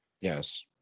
yes